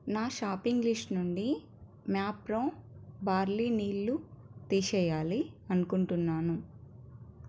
నా shopping list నుండి Mapro barley నీళ్ళు తీసెయ్యాలి అనుకుంటున్నాను